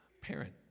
parent